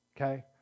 okay